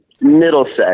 Middlesex